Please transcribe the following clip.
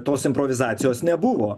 tos improvizacijos nebuvo